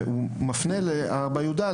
הוא מפנה ל-4יא,